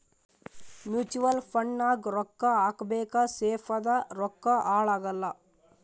mutual fund ನಾಗ್ ರೊಕ್ಕಾ ಹಾಕಬೇಕ ಸೇಫ್ ಅದ ರೊಕ್ಕಾ ಹಾಳ ಆಗಲ್ಲ